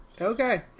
Okay